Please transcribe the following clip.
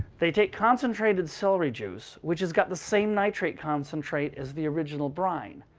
they take concentrated celery juice, which has got the same nitrate concentrate as the original brine.